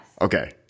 Okay